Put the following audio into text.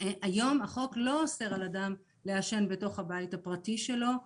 היום החוק לא אוסר על אדם לעשן בתוך הבית הפרטי שלו.